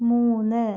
മൂന്ന്